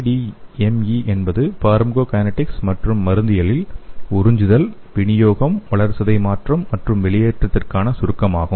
ADME என்பது pharmacokinetics மற்றும் மருந்தியலில் உறிஞ்சுதல் விநியோகம் வளர்சிதை மாற்றம் மற்றும் வெளியேற்றத்திற்கான சுருக்கமாகும்